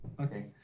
Okay